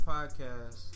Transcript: Podcast